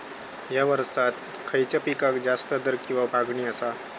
हया वर्सात खइच्या पिकाक जास्त दर किंवा मागणी आसा?